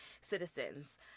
citizens